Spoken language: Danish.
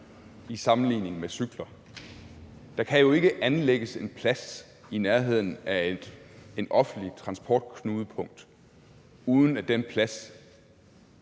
i sammenligning med cykler. Der kan jo ikke anlægges en plads i nærheden af et offentligt transportknudepunkt, uden at den plads